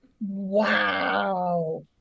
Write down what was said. Wow